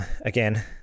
again